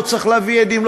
לא צריך להביא עדים,